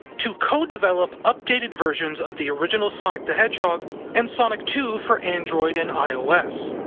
to co-develop updated versions of the original sonic the hedgehog and sonic two for android and ios.